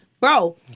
bro